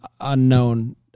unknown